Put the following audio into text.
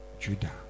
Judah